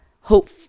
hope